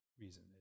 reason